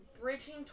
bridging